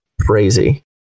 crazy